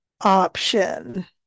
option